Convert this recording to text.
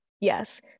Yes